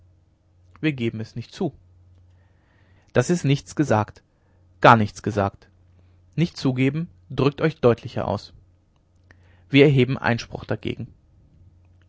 wir geben es nicht zu das ist nichts gesagt gar nichts gesagt nicht zugeben drückt euch deutlicher aus wir erheben einspruch dagegen